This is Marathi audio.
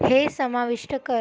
हे समाविष्ट कर